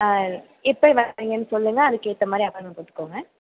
எப்போ வரிங்கன்னு சொல்லுங்க அதுக்கேற்ற மாதிரி அப்பாயின்ட்மெண்ட் போட்டுக்கோங்க